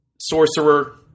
sorcerer